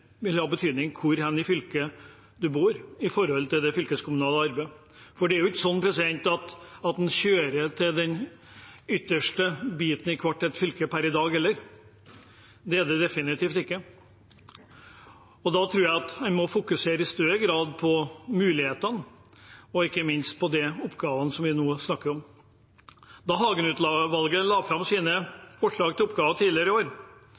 vil ha stadig mindre betydning hvor i regionen en bor når det gjelder det fylkeskommunale arbeidet. Det er jo ikke slik at en kjører til den ytterste delen av hvert et fylke per i dag heller – det er det definitivt ikke. Jeg tror at en i større grad må fokusere på mulighetene og – ikke minst – på de oppgavene som vi nå snakker om. Da Hagen-utvalget la fram sine forslag til oppgaver tidligere i år,